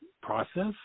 process